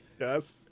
Yes